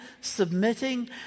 submitting